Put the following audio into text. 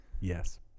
Yes